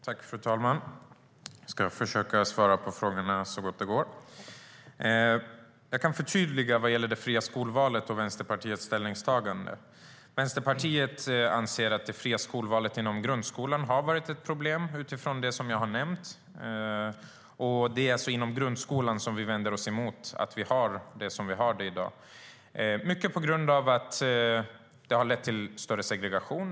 Fru talman! Jag ska försöka svara på frågorna så gott det går. Jag kan förtydliga vad gäller det fria skolvalet och Vänsterpartiets ställningstagande. Vänsterpartiet anser att det fria skolvalet varit ett problem inom grundskolan, detta utifrån det som jag nämnde. Det är alltså på grundskolans område som vi vänder oss emot att vi har det som vi har det i dag. Det fria skolvalet har lett till större segregation.